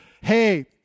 hey